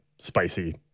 spicy